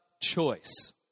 choice